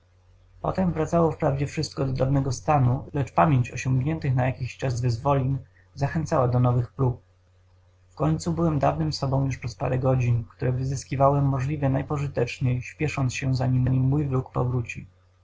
potem wracało wprawdzie wszystko do dawnego stanu lecz pamięć osiągniętych na jakiś czas wyzwolin zachęcała do nowych prób wkońcu byłem dawnym sobą już przez parę godzin które wyzyskiwałem możliwie najpożyteczniej